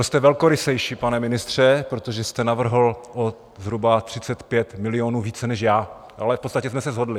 Byl jste velkorysejší, pane ministře, protože jste navrhl o zhruba 35 milionů více než já, ale v podstatě jsme se shodli.